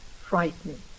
frightening